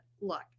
Look